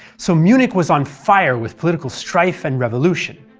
so munich was on fire with political strife and revolution.